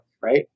right